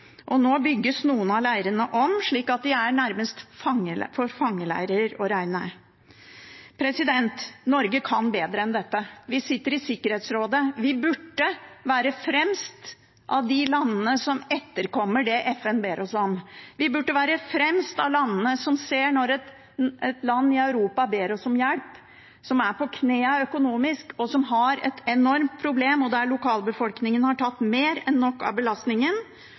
Og nå bygges noen av leirene om, slik at de nærmest er for fangeleirer å regne. Norge kan bedre enn dette. Vi sitter i Sikkerhetsrådet. Vi burde være fremst av de landene som etterkommer det FN ber oss om. Vi burde være fremst av de landene som ser når et land i Europa ber oss om hjelp, som er på knærne økonomisk, som har et enormt problem, og der lokalbefolkningen har tatt mer enn nok av belastningen